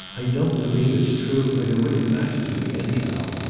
i don't believe it's true, and it wouldn't matter to me, anyhow.